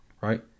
right